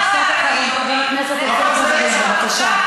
משפט אחרון, חבר הכנסת יוסף ג'בארין, בבקשה.